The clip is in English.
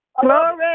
Glory